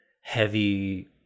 heavy